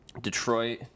Detroit